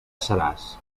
seràs